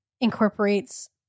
incorporates